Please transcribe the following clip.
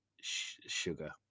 sugar